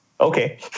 okay